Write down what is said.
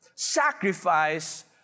Sacrifice